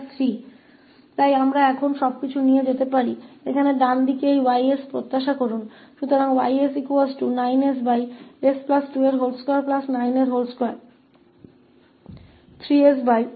तो अब हम सब कुछ दाहिनी ओर ले जा सकते हैं यहाँ इस 𝑌𝑠 की अपेक्षा करें